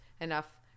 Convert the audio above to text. enough